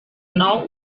nou